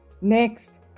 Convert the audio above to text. Next